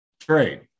trade